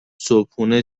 صبحونه